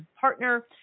partner